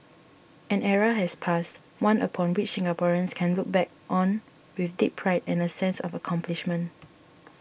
an era has passed one upon which Singaporeans can look back on with deep pride and a sense of accomplishment